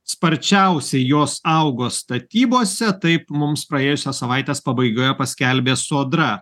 sparčiausiai jos augo statybose taip mums praėjusios savaitės pabaigoje paskelbė sodra